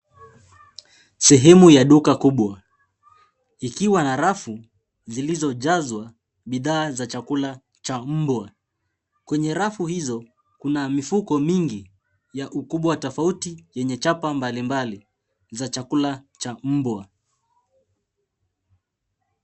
Sehemu ya duka kubwa ikiwa rafu zilizojazwa bidhaa za chakula cha mbwa. Kwenye rafu hizo kuna mifuko mingi ya ukubwa tofauti yenye chapa mbali mbali za chakula cha mbwa.